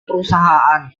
perusahaan